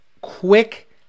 quick